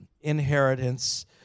inheritance